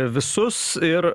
visus ir